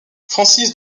francis